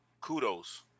kudos